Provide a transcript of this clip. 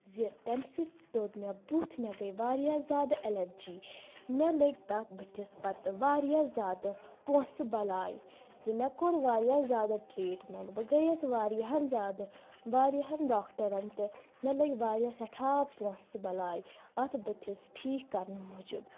زِ تٔمہِ سۭتۍ دوٚد مےٚ بٕتھ مےٚ گٔے واریاہ زیٛادٕ اٮ۪لرجی مےٚ لٔگۍ تَتھ بٕتھِس پتہٕ واریاہ زیٛادٕ پونٛسہٕ بلاے زِ مےٚ کوٚر واریاہ زیٛادٕ ٹریٖٹمِنٹ بہٕ گٔیس واریاہن زیادٕ واریاہَن ڈاکٹرن تہِ مےٚ لٔگۍ واریاہ سٮ۪ٹھاہ پونٛسہٕ بلاے اَتھ بُتھس ٹھیٖکھ کرنہٕ موجوٗب